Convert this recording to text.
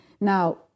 Now